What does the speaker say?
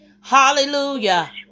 Hallelujah